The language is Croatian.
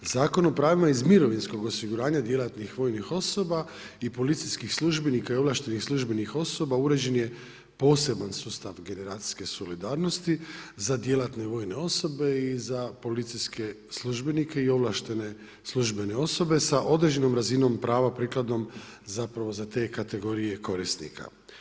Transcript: Zakon o pravima iz mirovinskog osiguranja djelatnih vojnih osoba i policijskih službenika i ovlaštenih službenih osoba uređen je poseban sustav generacijske solidarnosti za djelatne vojne osobe i za policijske službenike i ovlaštene službene osobe sa određenom razinom prava prikladnom zapravo za te kategorije korisnika.